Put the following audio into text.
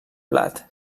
blat